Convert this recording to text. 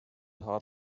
hard